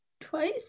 twice